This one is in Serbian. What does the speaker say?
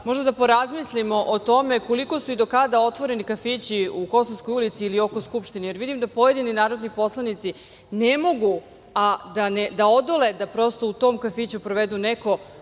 možda da porazmislimo o tome koliko su i do kada su otvoreni kafići u Kosovskoj ulici ili oko Skupštine, jer vidim da pojedini narodni poslanici ne mogu da odole da u tom kafiću provedu neko